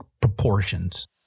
proportions